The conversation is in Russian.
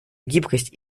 гибкость